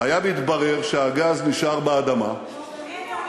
היה מתברר שהגז נשאר באדמה,